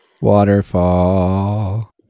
Waterfall